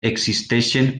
existeixen